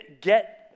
get